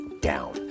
down